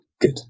Good